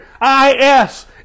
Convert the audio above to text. I-S